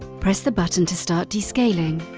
press the button to start descaling.